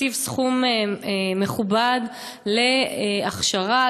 מקציב סכום מכובד להכשרה,